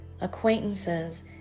acquaintances